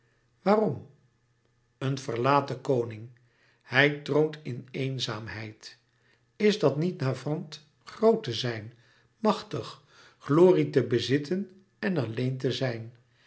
metamorfoze een verlaten koning hij troont in eenzaamheid is dat niet navrant groot te zijn machtig glorie te bezitten en alleen te zijn